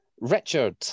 Richard